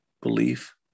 belief